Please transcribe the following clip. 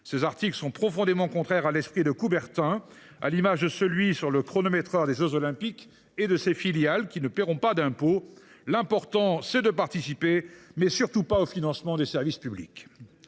Ces articles sont profondément contraires à l’esprit de Coubertin, à l’image de celui sur le chronométreur des jeux Olympiques et sur ses filiales, qui ne paieront pas d’impôt. L’important, c’est de participer, mais surtout pas au financement des services publics